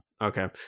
Okay